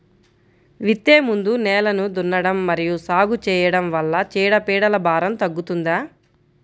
విత్తే ముందు నేలను దున్నడం మరియు సాగు చేయడం వల్ల చీడపీడల భారం తగ్గుతుందా?